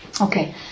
Okay